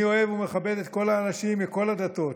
אני אוהב ומכבד את כל האנשים מכל הדתות,